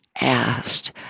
asked